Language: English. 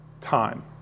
time